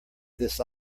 this